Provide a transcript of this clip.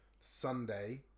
Sunday